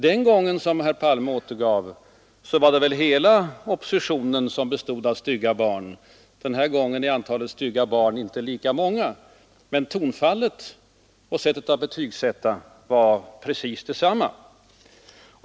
Den gången, som herr Palme talade om, var det hela oppositionen som bestod av stygga barn. Den här gången är antalet stygga barn inte lika stort, men tonfallet och sättet att betygsätta var precis detsamma.